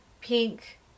pink